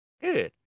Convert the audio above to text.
Good